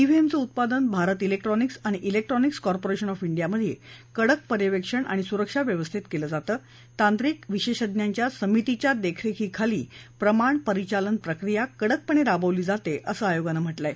व्हीएमचं उत्पादन भारत व्हेक्ट्रॉनिक्स आणि electronics corporation of डियामधे कडक पर्यवेक्षण आणि सुरक्षा व्यवस्थेत केलं जातं तांत्रिक विशेषज्ञांच्या समितीच्या देखरेखीखाली प्रमाण परिचालन प्रक्रिया कडकपणे राबवली जाते असं आयोगानं म्हटलं आहे